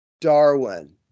Darwin